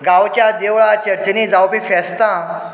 गांवच्या देवळा चर्चींनी जावपी फेस्तां